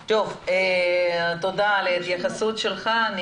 טוב, תודה על ההתייחסות שלך.